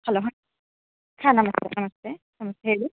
hello ಹಾಂ ನಮಸ್ತೆ ನಮಸ್ತೆ ನಮಸ್ತೆ ಹೇಳಿ